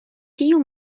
tiu